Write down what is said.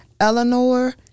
Eleanor